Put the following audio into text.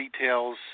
details